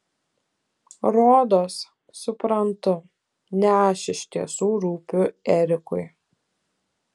rodos suprantu ne aš iš tiesų rūpiu erikui